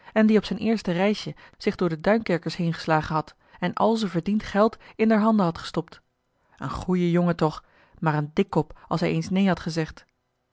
en die op z'n eerste reisje zich door de duinkerkers heengeslagen had en al z'n verdiend geld in d'r handen had gestopt n goeie jongen toch maar een dikkop als hij eens neen had gezegd